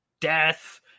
death